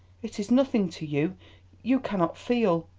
it is nothing to you you cannot feel.